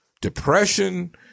depression